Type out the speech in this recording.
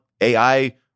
AI